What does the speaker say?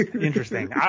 interesting